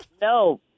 No